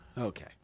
Okay